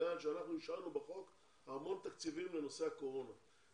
שאישרנו בחוק המון תקציבים לנושא הקורונה.